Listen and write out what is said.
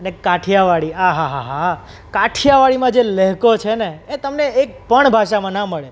અને કઠિયાવાડી આ હા હા હા હા હા કઠિયાવાડીમાં જે લહેકો છે ને એ તમને એકપણ ભાષામાં ના મળે